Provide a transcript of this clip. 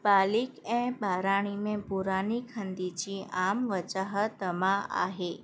ॿालिक ऐं ॿाराणी में पुराणी खंदी जी आम वजह दमा आहे